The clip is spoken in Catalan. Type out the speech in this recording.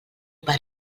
per